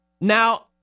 Now